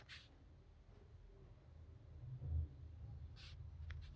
ಮೊಸಳೆ ಚರ್ಮದಿಂದ ಕೈ ಚೇಲ, ಬೆಲ್ಟ್, ಬೂಟ್ ಗಳು, ಇನ್ನೂ ಬ್ಯಾರ್ಬ್ಯಾರೇ ವಸ್ತುಗಳನ್ನ ತಯಾರ್ ಮಾಡಾಕ ಉಪಯೊಗಸ್ತಾರ